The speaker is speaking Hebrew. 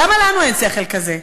למה לנו אין שכל כזה?